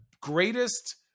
greatest